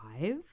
five